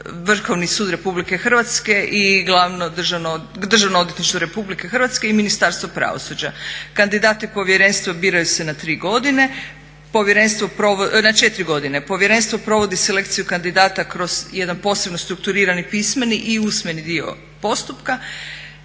Vrhovni sud RH i Državno odvjetništvo RH i Ministarstvo pravosuđa. Kandidati povjerenstva biraju se na četiri godine. Povjerenstvo provodi selekciju kandidata kroz jedan posebno strukturirani pismeni i usmeni dio postupka.